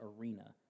Arena